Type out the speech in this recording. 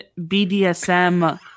BDSM